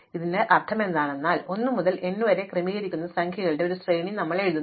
ഇതിന്റെ അർത്ഥമെന്തെന്നാൽ 1 മുതൽ n വരെ ക്രമമാക്കുന്ന സംഖ്യകളുടെ ഒരു ശ്രേണി ഞങ്ങൾ എഴുതുന്നു